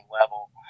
level